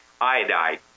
iodide